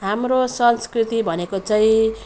हाम्रो संस्कृति भनेको चाहिँ